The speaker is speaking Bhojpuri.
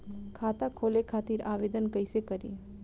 खाता खोले खातिर आवेदन कइसे करी?